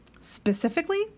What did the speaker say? Specifically